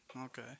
Okay